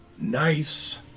nice